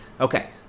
Okay